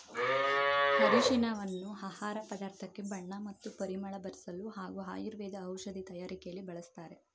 ಅರಿಶಿನವನ್ನು ಆಹಾರ ಪದಾರ್ಥಕ್ಕೆ ಬಣ್ಣ ಮತ್ತು ಪರಿಮಳ ಬರ್ಸಲು ಹಾಗೂ ಆಯುರ್ವೇದ ಔಷಧಿ ತಯಾರಕೆಲಿ ಬಳಸ್ತಾರೆ